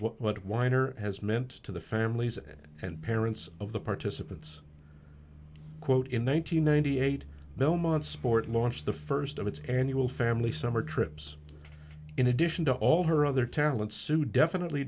what weiner has meant to the families and parents of the participants quote in one nine hundred ninety eight belmont sport launched the first of its annual family summer trips in addition to all her other talents sue definitely